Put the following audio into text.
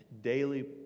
daily